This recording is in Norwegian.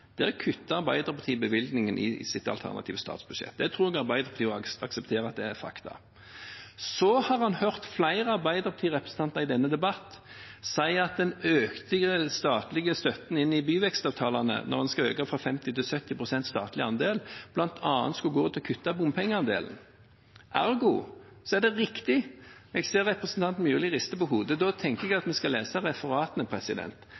Der kutter Arbeiderpartiet bevilgningen i sitt alternative statsbudsjett. Det tror jeg Arbeiderpartiet aksepterer at er fakta. Så har han hørt flere Arbeiderparti-representanter si i denne debatten at den økte statlige støtten i forbindelse med byvekstavtalene, der en skal øke den statlige andelen fra 50 pst. til 70 pst., bl.a. skulle gå til å kutte bompengeandelen. Ergo er det riktig. Jeg ser representanten Myrli rister på hodet. Da tenker jeg